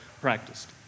practiced